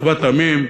אחוות עמים,